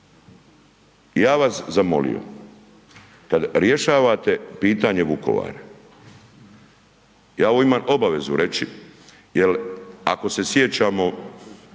bih vas zamolio kada rješavate pitanje Vukovara, ja imam obavezu reći jel ako se prisjećamo